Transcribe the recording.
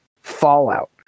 Fallout